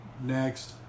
Next